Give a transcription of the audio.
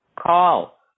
call